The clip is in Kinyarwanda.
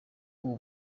uwo